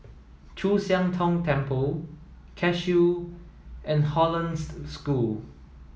Chu Siang Tong Temple Cashew and Hollandse School